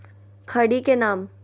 खड़ी के नाम?